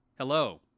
Hello